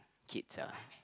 kids ah